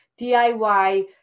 DIY